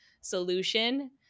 solution